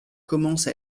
commence